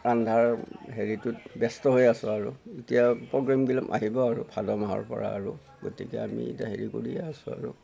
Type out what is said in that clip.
ৰন্ধাৰ হেৰিটোত ব্যস্ত হৈ আছো আৰু এতিয়া প্ৰগ্ৰেমবিলাক আহিব আৰু ভাদ মাহৰপৰা আৰু গতিকে আমি এতিয়া হেৰি কৰিয়েই আছো আৰু